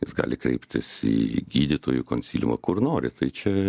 jis gali kreiptis į gydytojų konsiliumą kur nori tai čia